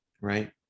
Right